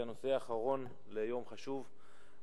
נושא אחרון ליום חשוב,